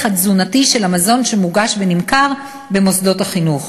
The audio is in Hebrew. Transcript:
התזונתי של המזון שמוגש ונמכר במוסדות חינוך.